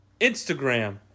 Instagram